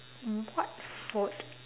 what food